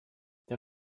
der